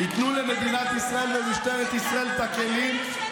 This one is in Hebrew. הם ייתנו למדינת ישראל ולמשטרת ישראל את הכלים,